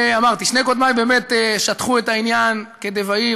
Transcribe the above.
שטחו את העניין כדבעי,